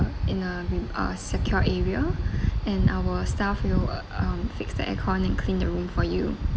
in a room uh secure area and our staff will uh um fix the aircon and clean the room for you